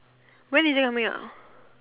really when coming out